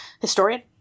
historian